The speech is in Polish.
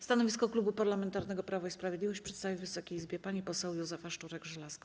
Stanowisko Klubu Parlamentarnego Prawo i Sprawiedliwość przedstawi Wysokiej Izbie pani poseł Józefa Szczurek-Żelazko.